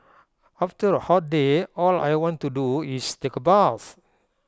after A hot day all I want to do is take A bath